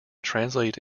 translate